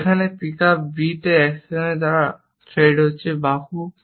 এখানে pickup B এই অ্যাকশনের দ্বারা থ্রেড বাহু হচ্ছে